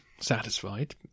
satisfied